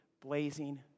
blazing